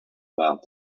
about